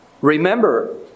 Remember